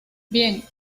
bien